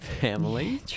family